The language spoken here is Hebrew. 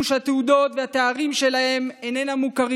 שהתעודות והתארים שלהם אינם מוכרים.